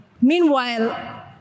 Meanwhile